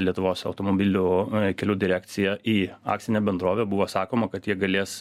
lietuvos automobilių kelių direkciją į akcinę bendrovę buvo sakoma kad jie galės